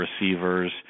receivers